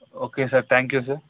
okay sir thank you sir